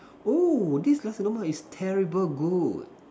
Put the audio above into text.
oh this Nasi-Lemak is terrible good